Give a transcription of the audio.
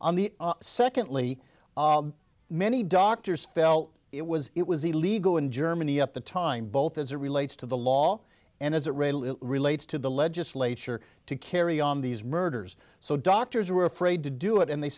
on the secondly many doctors felt it was it was illegal in germany at the time both as it relates to the law and as a rail it relates to the legislature to carry on these murders so doctors were afraid to do it and they